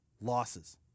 losses